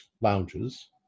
lounges